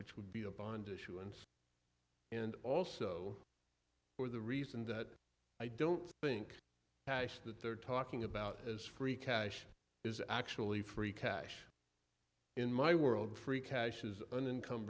which would be a bond issuance and also for the reason that i don't think that they're talking about is free cash is actually free cash in my world free cash is an income